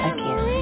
Again